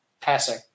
passing